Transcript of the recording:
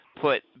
put